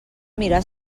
mirar